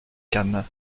cannes